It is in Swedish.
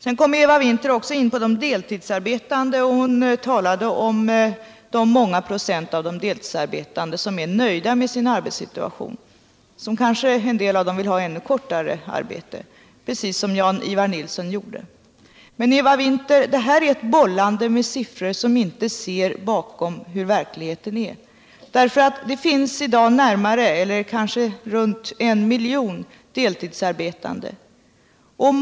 Sedan kom Eva Winther in på frågan om de deltidsarbetande, och precis som Jan-Ivan Nilsson talade hon om de många procent av dem som är nöjda med sin arbetssituation — en del kanske vill ha ännu kortare arbetstid. Men detta är bara ett bollande med siffror, det visar inte verkligheten som den är. Det finns i dag omkring en miljon deltidsarbetande.